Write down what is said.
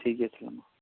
ᱴᱷᱤᱠ ᱜᱮᱭᱟ ᱢᱟ